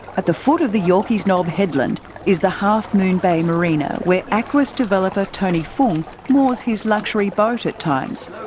at the foot of the yorkeys knob headland is the half moon bay marina where aquis developer tony fung moors his luxury boat at times.